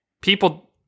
people